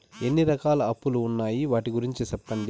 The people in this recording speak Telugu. ఎన్ని రకాల అప్పులు ఉన్నాయి? వాటి గురించి సెప్పండి?